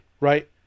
right